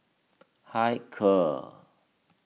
Hilker